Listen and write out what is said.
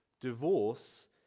Divorce